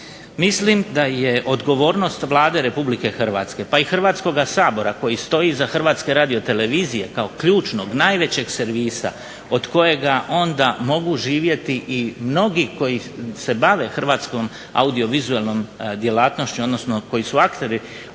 Mislim da je odgovornost Vlada Republike Hrvatske pa i Hrvatskoga sabora koji stoji iza HRTV kao ključnog najvećeg servisa od kojega onda mogu živjeti i mnogi koji se bave hrvatskom audiovizualnim djelatnošću odnosno koji su akteri